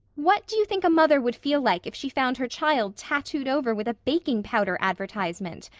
what do you think a mother would feel like if she found her child tattooed over with a baking powder advertisement?